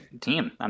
team